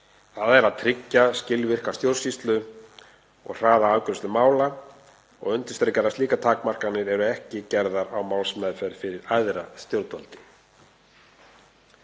þ.e. að tryggja skilvirka stjórnsýslu og hraða afgreiðslu mála, og undirstrikar að slíkar takmarkanir eru ekki gerðar á málsmeðferð fyrir æðra stjórnvaldi.